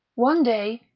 one day,